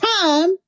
time